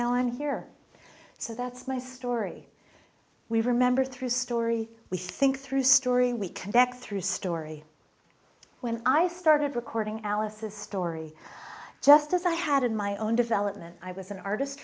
i'm here so that's my story we remember through story we think through story we connect through story when i started recording alice's story just as i had in my own development i was an artist